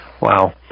Wow